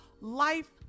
life